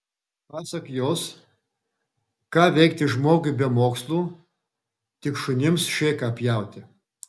pasak jos ką veikti žmogui be mokslų tik šunims šėką pjauti